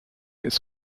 ist